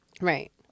right